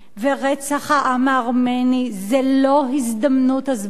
ורצח העם הארמני זו לא הזדמנות הסברתית.